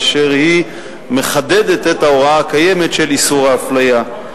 באשר היא מחדדת את ההוראה הקיימת של איסור האפליה.